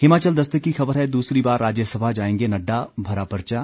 हिमाचल दस्तक की खबर है दूसरी बार राज्यसभा जाएंगे नड्डा भरा पर्चा